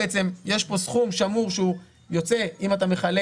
יש פה סכום שמור שהוא יוצא אם אתה מחלק